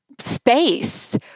space